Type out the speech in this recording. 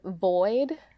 void